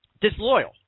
Disloyal